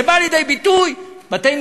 זה בא לידי ביטוי בבתי-מדרש,